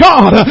God